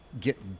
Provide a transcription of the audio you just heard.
get